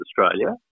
Australia